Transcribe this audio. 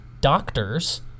doctors